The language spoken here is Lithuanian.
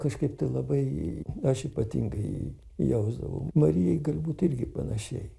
kažkaip tai labai aš ypatingai jausdavau marijai galbūt irgi panašiai